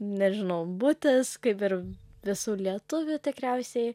nežinau butas kaip ir visų lietuvių tikriausiai